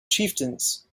chieftains